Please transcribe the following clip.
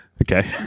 Okay